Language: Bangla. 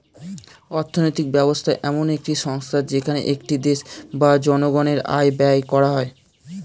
অর্থনৈতিক ব্যবস্থা এমন একটি সংস্থা যেখানে একটি দেশ বা জনগণের আয় ব্যয় করা হয়